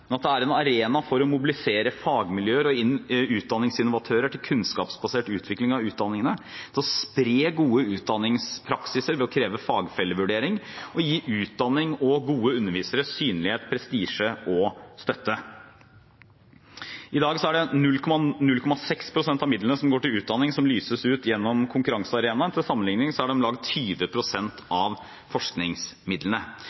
men at det er en arena for å mobilisere fagmiljøer og utdanningsinnovatører til kunnskapsbasert utvikling av utdanningene, til å spre god utdanningspraksis ved å kreve fagfellevurdering og gi utdanning og gode undervisere synlighet, prestisje og støtte. I dag er det 0,6 pst. av midlene som går til utdanning, som lyses ut gjennom konkurransearenaen. Til sammenligning er det om lag